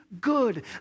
Good